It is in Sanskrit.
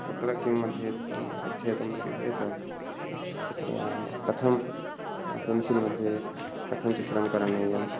तत्र किम् अध्येतम् अध्येतं किमिति चेत् तत्र कथं पेन्सिल्मध्ये कथं चित्राणि करणीयं